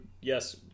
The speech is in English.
Yes